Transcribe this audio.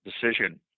decision